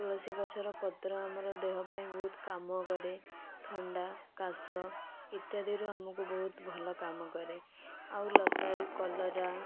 ତୁଳସୀ ଗଛର ପତ୍ର ଆମର ଦେହ ପାଇଁ ବହୁତ କାମ କରେ ଥଣ୍ଡା କାଶ ଇତ୍ୟାଦିରୁ ଆମକୁ ବହୁତ ଭଲ କାମ କରେ ଆଉ ଲତାରୁ କଲରା